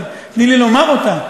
אבל תני לי לומר אותה.